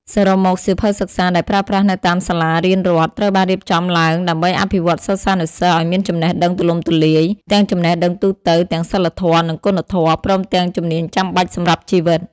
សរុបមក សៀវភៅសិក្សាដែលប្រើប្រាស់នៅតាមសាលារៀនរដ្ឋ ត្រូវបានរៀបចំឡើងដើម្បីអភិវឌ្ឍសិស្សានុសិស្សឱ្យមានចំណេះដឹងទូលំទូលាយ ទាំងចំណេះដឹងទូទៅ ទាំងសីលធម៌ និងគុណធម៌ ព្រមទាំងជំនាញចាំបាច់សម្រាប់ជីវិត ។